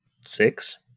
six